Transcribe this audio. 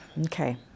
okay